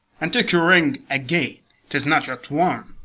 and take your ring again tis not yet won.